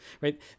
right